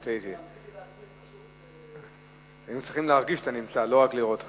אני הוצאתי תגובה מאוד קשה וחריפה בעקבות האירוע,